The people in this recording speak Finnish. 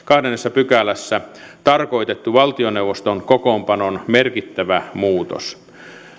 pykälässä tarkoitettu valtioneuvoston kokoonpanon merkittävä muutos